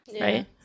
Right